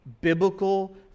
biblical